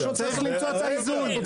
צריך למצוא את האיזון.